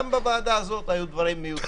גם בוועדה הזו, גם בוועדה הזו היו דברים מיותרים.